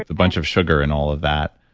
ah bunch of sugar and all of that,